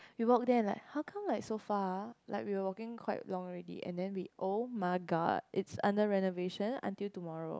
we walk there like how can like so far like we were walking quite long already and then we oh-my-god is under renovation until tomorrow